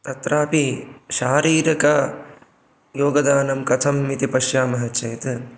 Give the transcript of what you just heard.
तत्रापि शारीरकयोगदानं कथम् इति पश्यामः चेत्